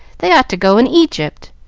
they ought to go in egypt.